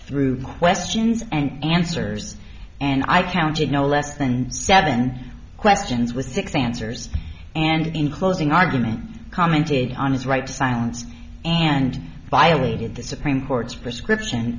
through questions and answers and i counted no less than seven questions with six answers and in closing arguments commented on his right to silence and violated the supreme court's prescription